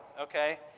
okay